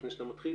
לפני שאתה מתחיל,